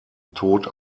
tod